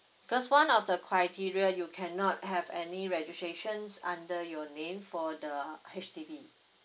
because one of the criteria you cannot have any registrations under your name for the H_D_B